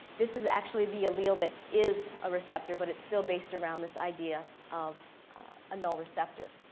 this is actually the allele that is a receptor but it's still based around this idea of a null receptor.